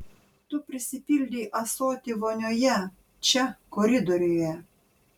tu prisipildei ąsotį vonioje čia koridoriuje